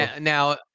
now